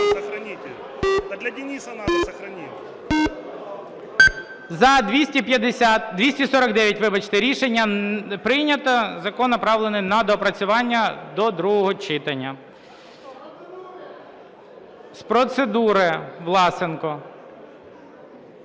За-249 Рішення прийнято. Закон направлений на доопрацювання до другого читання. З процедури – Власенко.